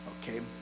Okay